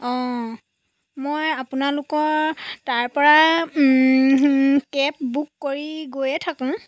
অঁ মই আপোনালোকৰ তাৰপৰা কেব বুক কৰি গৈয়ে থাকোঁ